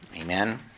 Amen